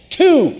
two